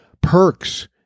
perks